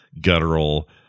guttural